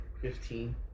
Fifteen